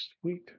Sweet